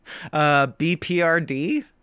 bprd